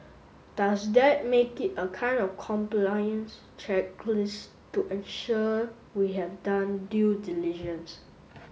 does that make it a kind of compliance checklist to ensure we have done due diligence